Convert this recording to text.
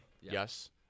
Yes